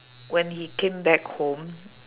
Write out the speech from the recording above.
when he came back home